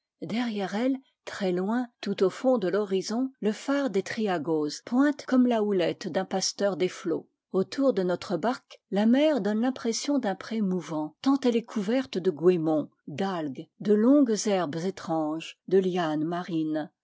derrière elles très loin tout au fond de l'horizon le phare des triagoz pointe comme la houlette d'un pasteur des flots autour de notre barque la mer donne l'impression d'un pré mouvant tant elle est couverte de goémons d'algues de longues herbes étranges de lianes marines